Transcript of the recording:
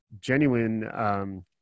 genuine